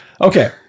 Okay